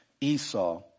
Esau